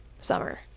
summer